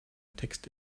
text